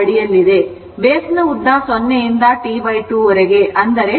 base ನ ಉದ್ದ 0 ಯಿಂದ T 2 ವರೆಗೆ ಅಂದರೆ T2 ಆಗಿದೆ